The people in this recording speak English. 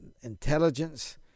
intelligence